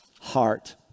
heart